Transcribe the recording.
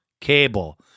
Cable